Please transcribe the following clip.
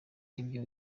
ibyo